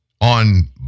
On